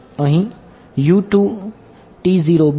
તેથી એ છે